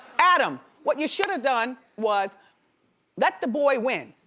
adam, what you should have done was let the boy win,